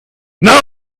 now